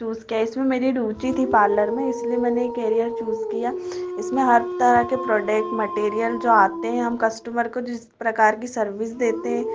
चूस किया इसमें मेरी रूचि थी पार्लर में इसलिए मैंने यह कॅरियर चूस किया इसमें हर तरह के प्रोडक्ट मटेरियल जो आते हैं हम कस्टमर को जिस प्रकार की सर्विस देते हैं